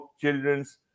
children's